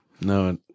No